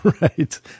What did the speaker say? Right